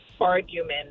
argument